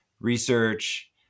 research